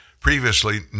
Previously